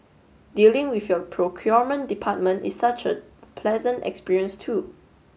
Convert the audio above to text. dealing with your procurement department is such a pleasant experience too